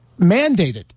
mandated